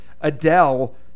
Adele